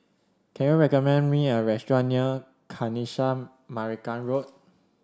can you recommend me a restaurant near Kanisha Marican Road